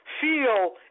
Feel